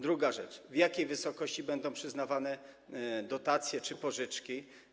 Druga rzecz: W jakiej wysokości będą przyznawane dotacje czy pożyczki?